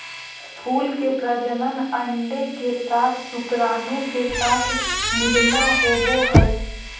फूल के प्रजनन अंडे के साथ शुक्राणु के साथ मिलला होबो हइ